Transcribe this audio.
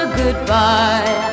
goodbye